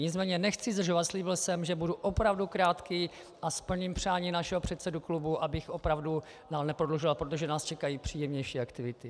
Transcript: Nicméně nechci zdržovat, slíbil jsem, že budu opravdu krátký, a splním přání našeho předsedy klubu, abych opravdu dál neprodlužoval, protože nás čekají příjemnější aktivity.